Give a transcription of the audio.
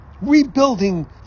rebuilding